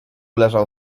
leżał